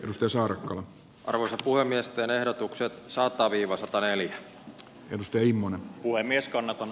mustasaaren runsaspuhemiesten ehdotukset saatavilla sataneljä ihmistä immonen puhemies kannatan